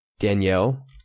Danielle